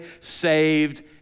saved